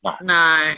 No